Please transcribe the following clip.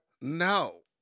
No